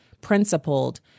principled